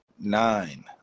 nine